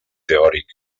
teòric